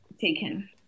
taken